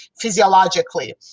physiologically